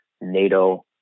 NATO